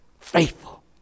faithful